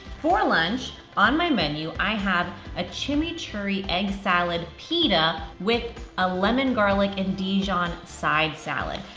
for lunch, on my menu, i have a chimichurri egg salad pita with a lemon garlic and dijon side salad.